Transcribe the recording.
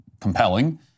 compelling